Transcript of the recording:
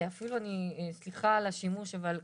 אפילו סליחה על השימוש אבל,